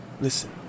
Listen